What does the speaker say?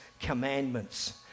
commandments